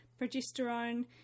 progesterone